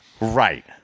Right